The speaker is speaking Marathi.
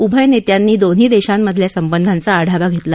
उभय नेत्यांनी दोन्ही देशांमधल्या संबंधांचा आढावा घेतला